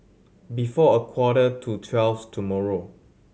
before a quarter to twelve tomorrow